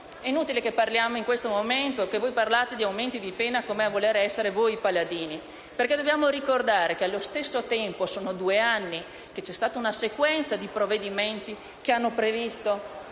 tuttavia, che parlate in questo momento di aumenti di pena, come a voler essere voi i paladini, perché dobbiamo ricordare che nel frattempo, negli ultimi due anni, c'è stata una sequenza di provvedimenti che hanno previsto